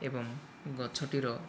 ଏବଂ ଗଛଟିର